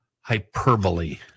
hyperbole